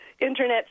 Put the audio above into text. Internet